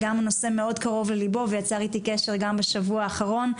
שהנושא מאוד קרוב לליבו ויצר אתי קשר גם בשבוע האחרון,